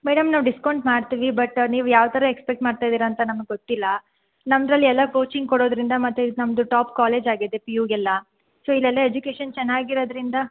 madam ನಾವು discount ಮಾಡ್ತೀವಿ but ನೀವು ಯಾವ ಥರ ಎಕ್ಸ್ಪೆಕ್ಟ್ ಮಾಡ್ತಾಯಿದ್ದೀರಂತ ನಮಗೆ ಗೊತ್ತಿಲ್ಲ ನಮ್ದ್ರಲ್ಲಿ ಎಲ್ಲ ಕೋಚಿಂಗ್ ಕೊಡೋದರಿಂದ ಮತ್ತು ಇದು ನಮ್ಮದು ಟಾಪ್ ಕಾಲೇಜಾಗಿದೆ ಪಿ ಯುಗೆಲ್ಲ ಸೊ ಇಲ್ಲೆಲ್ಲ ಎಜುಕೇಷನ್ ಚೆನ್ನಾಗಿರೋದರಿಂದ